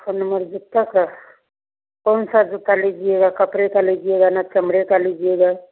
छह नम्बर जूता का कौन सा जूता लीजिएगा कपड़े का लीजिएगा ना चमड़े का लीजिएगा